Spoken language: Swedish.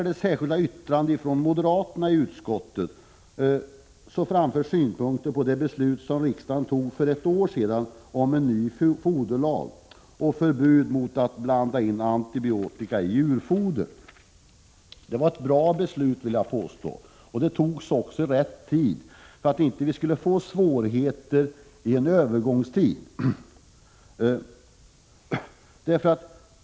I ett särskilt yttrande från moderaterna i utskottet framförs synpunkter på det beslut som riksdagen tog för ett år sedan om en ny foderlag och förbud mot att blanda in antibiotika i djurfoder. Det var ett bra beslut, vill jag påstå, och det togs också vid rätt tid, så att vi inte skulle få svårigheter under en övergångstid.